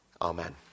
amen